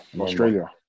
Australia